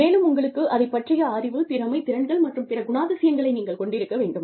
மேலும் உங்களுக்கு அதைப் பற்றிய அறிவு திறமை திறன்கள் மற்றும் பிற குணாதிசயங்களை நீங்கள் கொண்டிருக்க வேண்டும்